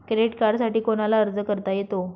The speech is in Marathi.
क्रेडिट कार्डसाठी कोणाला अर्ज करता येतो?